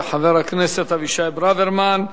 תודה לחבר הכנסת אבישי ברוורמן.